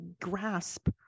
grasp